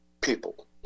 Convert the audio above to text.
people